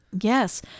Yes